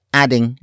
adding